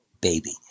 baby